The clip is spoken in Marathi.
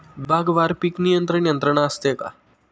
विभागवार पीक नियंत्रण यंत्रणा असते का?